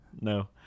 no